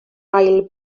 ail